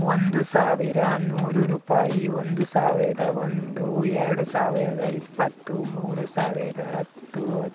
ಒಂದು ಸಾವಿರ ನೂರು ರೂಪಾಯಿ ಒಂದು ಸಾವಿರದ ಒಂದು ಎರಡು ಸಾವಿರದ ಇಪ್ಪತ್ತು ಮೂರು ಸಾವಿರದ ಹತ್ತು ಹತ್ತು